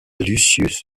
lucius